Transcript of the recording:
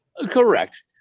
Correct